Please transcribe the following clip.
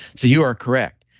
so you are correct.